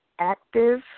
active